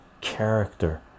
character